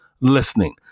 listening